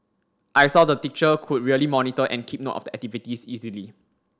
I saw the teacher could really monitor and keep note of the activities easily